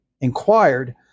inquired